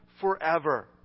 forever